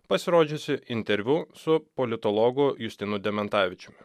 pasirodžiusį interviu su politologu justinu dementavičiumi